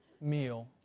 meal